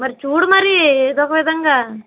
మరి చూడు మరీ ఏదో ఒక విధంగా